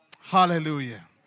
Hallelujah